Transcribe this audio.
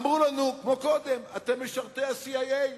אמרו לנו כמו קודם: אתם משרתי ה-CIA.